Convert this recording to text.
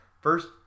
first